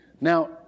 Now